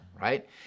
right